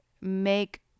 make